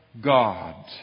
God